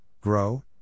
grow